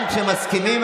גם כשמסכימים,